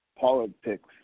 politics